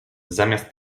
zamiast